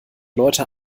leute